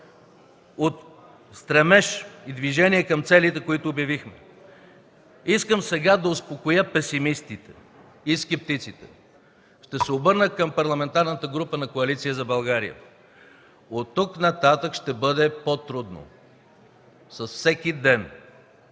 от стремеж и движение към целите, които обявихме. Искам сега да успокоя песимистите и скептиците. Ще се обърна към Парламентарната група на Коалиция за България: от тук нататък ще бъде по-трудно с всеки ден,